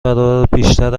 برابربیشتر